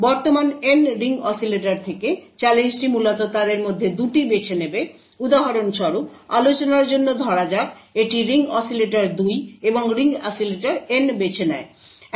সুতরাং বর্তমান N ring oscillator থেকে চ্যালেঞ্জটি মূলত তাদের মধ্যে 2টি বেছে নেবে উদাহরণস্বরূপ আলোচনার জন্য ধরা যাক এটি রিং অসিলেটর 2 এবং রিং অসিলেটর N বেছে নেয়